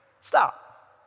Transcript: Stop